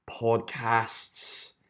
podcasts